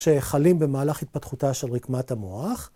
‫שחלים במהלך התפתחותה ‫של רקמת המוח.